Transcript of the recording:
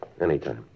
Anytime